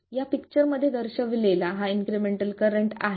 या पिक्चर मध्ये दर्शविलेला हा इन्क्रिमेंटल करंट आहे